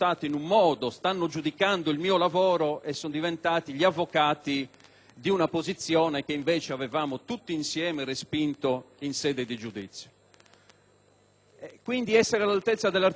di una posizione che invece avevamo tutti insieme respinto in sede di giudizio. Essere all'altezza dell'articolo 66 della Costituzione significa anche mantenere alta